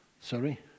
Sorry